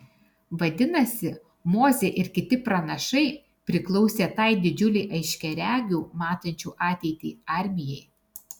vadinasi mozė ir kiti pranašai priklausė tai didžiulei aiškiaregių matančių ateitį armijai